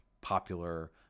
popular